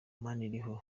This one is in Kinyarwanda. maniriho